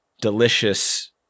delicious